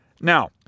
Now